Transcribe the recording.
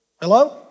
Hello